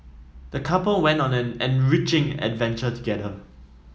the couple went on an enriching adventure together